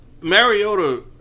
Mariota